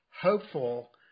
hopeful